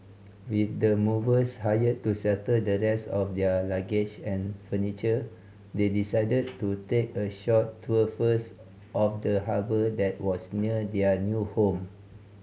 with the movers hired to settle the rest of their luggage and furniture they decided to take a short tour first of the harbour that was near their new home